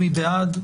מי בעד?